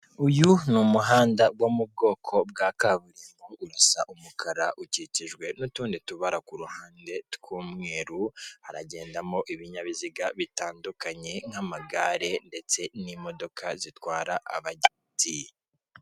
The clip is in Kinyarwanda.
Uyu ni umuhanda wo mu bwoko bwa kaburimbo usa umukara ukikijwe n'utundi tubara ku ruhande tw'umweru, haragendamo ibinyabiziga bitandukanye nk'amagare ndetse n'imodoka zitwara abagenzi.